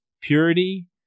purity